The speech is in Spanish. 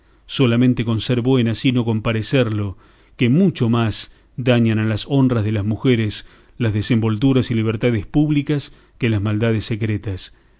solamente con ser buena sino con parecerlo que mucho más dañan a las honras de las mujeres las desenvolturas y libertades públicas que las maldades secretas